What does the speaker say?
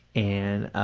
and